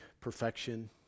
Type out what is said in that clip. perfection